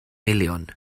miliwn